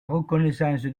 reconnaissance